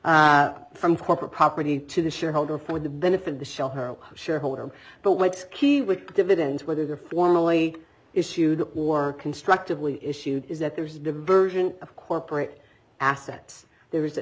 from corporate property to the shareholder for the benefit of the shell her shareholder but what's key with dividends whether they're formally issued or constructively issued is that there is diversion of corporate assets there is a